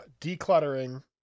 Decluttering